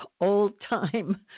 old-time